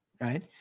right